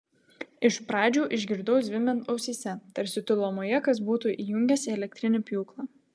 iš pradžių išgirdau zvimbiant ausyse tarsi tolumoje kas būtų įjungęs elektrinį pjūklą